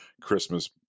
christmas